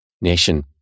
nation